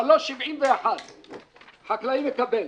3.71 חקלאי מקבל.